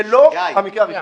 זה לא המקרה הראשון.